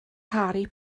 harry